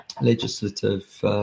legislative